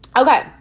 Okay